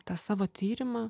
tą savo tyrimą